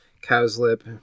cowslip